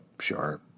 sure